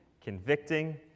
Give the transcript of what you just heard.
convicting